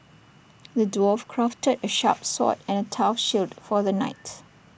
the dwarf crafted A sharp sword and A tough shield for the knight